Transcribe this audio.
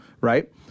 right